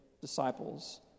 disciples